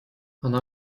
она